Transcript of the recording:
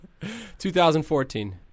2014